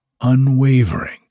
unwavering